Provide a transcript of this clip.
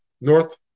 north